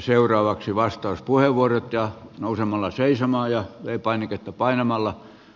seuraavaksi vastauspuheenvuorot nousemalla seisomaan ja v painiketta painamalla